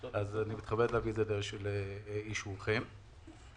אז אני מתכבד להביא את זה לאישורכם בכבוד.